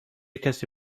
کسی